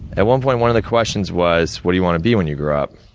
at one point, one of the questions was, what do you wanna be when you grow up?